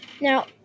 Now